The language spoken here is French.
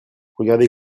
regardez